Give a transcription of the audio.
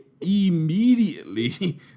Immediately